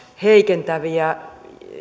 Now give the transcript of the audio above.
heikentäviä